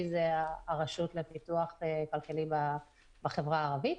זה הרשות לפיתוח כלכלי בחברה הערבית.